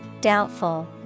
Doubtful